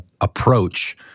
approach